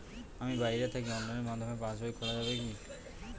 আমি বাইরে থাকি অনলাইনের মাধ্যমে পাস বই খোলা যাবে কি?